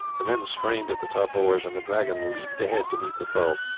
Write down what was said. the men strained at the tough oars, and the dragon leapt ahead to meet the foe.